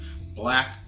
Black